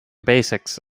basics